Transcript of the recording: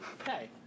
Okay